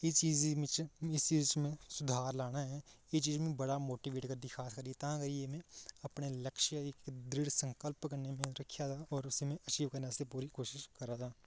इस चीज इस चीज च में सुधार लाना ऐ एह् चीज मी बड़ा मोटिवेट करदी तां करियै में अपने लक्ष्य गी संकल्प अचीव करने आस्तै पूरी कोशिश करै दा